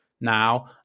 now